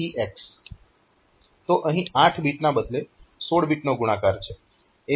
તો અહીં 8 બીટના બદલે 16 બીટનો ગુણાકાર છે